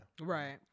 Right